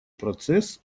процесс